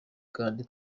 kandi